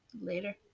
Later